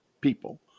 people